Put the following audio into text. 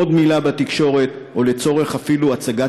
עוד מילה בתקשורת או אפילו לצורך הצגת